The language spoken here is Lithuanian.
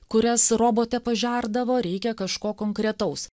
kurias robotė pažerdavo reikia kažko konkretaus